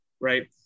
right